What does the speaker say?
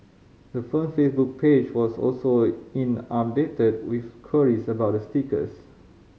the firm Facebook page was also inundated with queries about the stickers